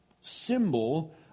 symbol